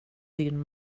din